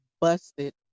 busted